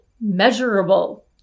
measurable